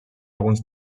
alguns